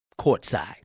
Courtside